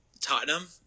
Tottenham